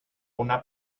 una